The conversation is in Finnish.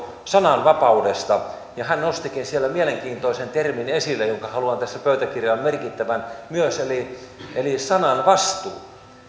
sananvapaudesta hän nostikin siellä esille mielenkiintoisen termin jonka haluan tässä pöytäkirjaan merkittävän myös sananvastuu